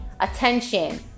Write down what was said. attention